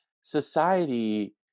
society